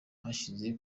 bahize